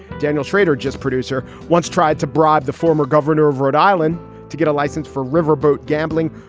daniel shrader, just producer, once tried to bribe the former governor of rhode island to get a license for riverboat gambling,